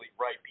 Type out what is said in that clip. right